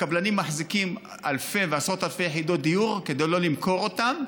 הקבלנים מחזיקים אלפי ועשרות אלפי יחידות דיור כדי שלא למכור אותן,